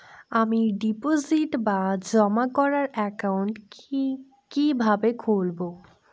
আমি ডিপোজিট বা জমা করার একাউন্ট কি কিভাবে খুলবো?